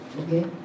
okay